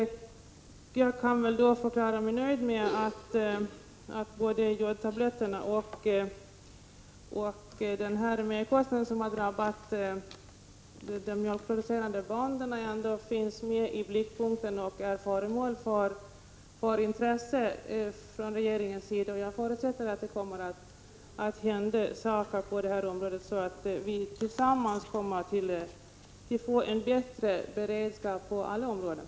Jag kan förklara mig nöjd med att både jodtabletterna och den merkostnad som har drabbat de mjölkproducerande bönderna finns med i blickpunkten Prot. 1985/86:137 och är föremål för intresse från regeringens sida. Jag förutsätter att det kommer att hända saker på detta område så att vi tillsammans åstadkommer en bättre beredskap på alla områden.